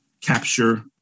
capture